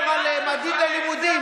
אתה מדבר על ממדים ללימודים,